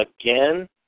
again